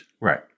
Right